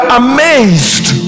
amazed